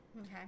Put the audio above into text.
Okay